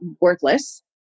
worthless